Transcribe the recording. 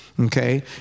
Okay